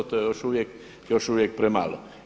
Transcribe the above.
To je još uvijek premalo.